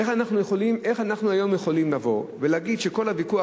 איך אנחנו יכולים לומר שכל הוויכוח,